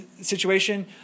situation